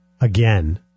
again